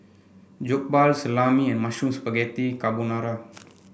Jokbal Salami and Mushroom Spaghetti Carbonara